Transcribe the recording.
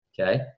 okay